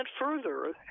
further